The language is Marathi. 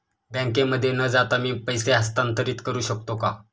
बँकेमध्ये न जाता मी पैसे हस्तांतरित करू शकतो का?